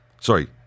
Sorry